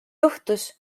juhtus